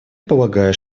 полагает